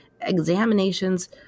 examinations